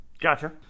gotcha